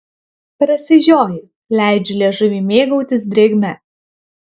prasižioju leidžiu liežuviui mėgautis drėgme